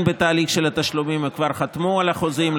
בתהליך של תשלומים וכבר חתמו על החוזים.